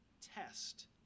test